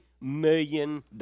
million